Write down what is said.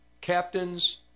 captains